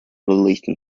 relation